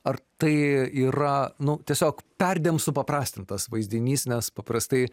ar tai yra nu tiesiog perdėm supaprastintas vaizdinys nes paprastai